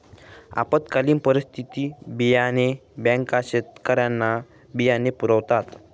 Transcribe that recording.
आपत्कालीन परिस्थितीत बियाणे बँका शेतकऱ्यांना बियाणे पुरवतात